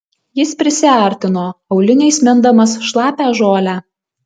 jis prisiartino auliniais mindamas šlapią žolę